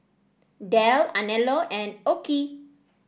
Dell Anello and OKI